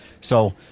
So-